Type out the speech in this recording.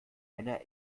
eine